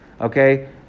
Okay